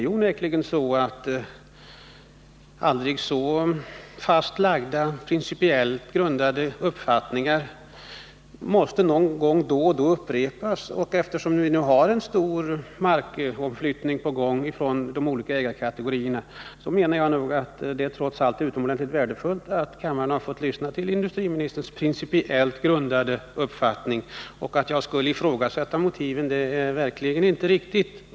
Det är onekligen så att aldrig så fasta principiellt grundade uppfattningar någon gång måste upprepas, och eftersom vi nu har en stor överföring av markinnehav från de olika ägarkategorierna menar jag att det trots allt är utomordentligt värdefullt att kammaren har fått lyssna till industriministerns principiellt grundade uppfattning. Att jag skulle ifrågasätta motiven är verkligen inte riktigt.